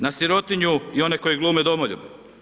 Na sirotinju i one koji glume domoljube.